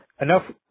enough